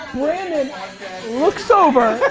brandon looks over,